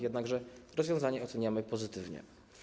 Jednakże rozwiązanie oceniamy pozytywnie.